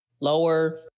lower